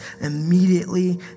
Immediately